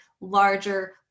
larger